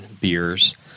beers